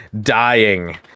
dying